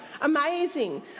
amazing